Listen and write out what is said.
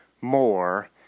more